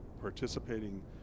participating